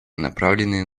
направленные